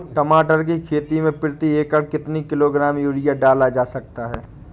टमाटर की खेती में प्रति एकड़ कितनी किलो ग्राम यूरिया डाला जा सकता है?